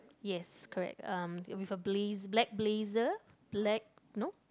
yes correct um with a blaze black blazer black no